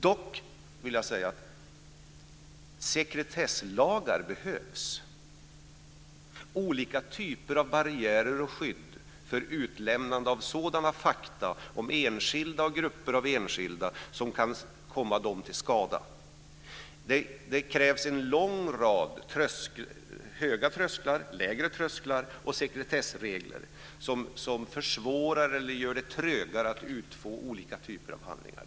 Dock vill jag säga att sekretesslagar behövs, olika typer av barriärer och skydd för utlämnande av sådana fakta om enskilda eller grupper av enskilda som kan komma dem till skada. Det krävs en lång rad höga trösklar, lägre trösklar och sekretessregler som försvårar eller gör det trögare att utfå olika typer av handlingar.